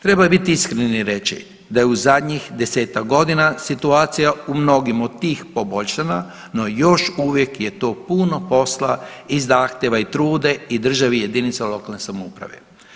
Treba biti iskren i reći da je u zadnjih 10-tak godina situacija u mnogim od tih poboljšana no još uvijek je to puno posla i zahtjeva i truda i države i jedinica lokalne samouprave.